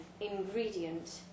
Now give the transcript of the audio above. ingredient